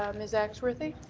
um ms. axworthy?